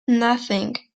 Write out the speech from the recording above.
nothing